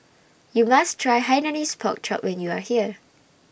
YOU must Try Hainanese Pork Chop when YOU Are here